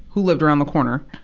who lived around the corner,